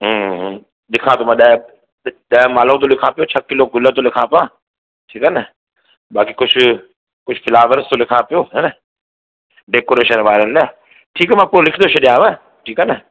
ॾेखारींदोमाव ॾह ॾह मालाऊं त लिखा पियो छह किलो त लिखा पियो ठीकु आहे न बाक़ी कुझु कुझु फ्लावर्स लिखा पियो हैना डेकोरेशन वारनि लाए ठीकु आहे मां पो लिखी शॾियाव ठीकु आहे न